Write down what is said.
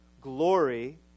glory